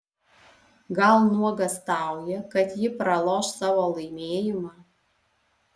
gal nuogąstauja kad ji praloš savo laimėjimą